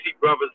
brothers